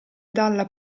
dalla